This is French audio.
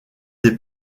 des